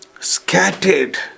scattered